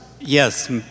Yes